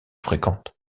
fréquentes